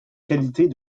qualités